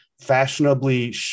fashionably